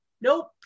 nope